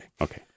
Okay